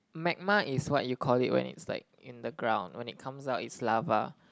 magma is what you call it when it's like in the ground when it comes up it's lava